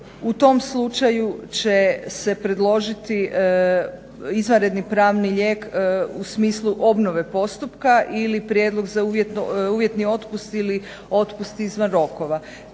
U tom slučaju će se predložiti izvanredni pravni lijek u smislu obnove postupka ili prijedlog za uvjetni otpust ili otpust izvan rokova.